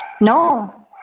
No